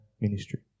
ministry